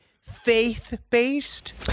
faith-based